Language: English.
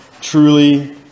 truly